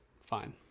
fine